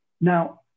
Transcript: Now